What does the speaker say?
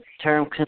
term